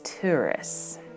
tourists